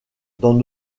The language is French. dans